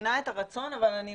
מבינה את הרצון אבל אני